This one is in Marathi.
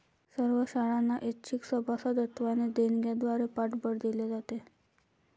सर्व शाळांना ऐच्छिक सभासदत्व आणि देणग्यांद्वारे पाठबळ दिले जाते